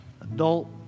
adult